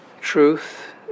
truth